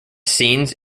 scenes